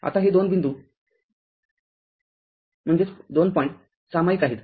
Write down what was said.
आता हे दोन हे दोन बिंदू सामायिक आहेत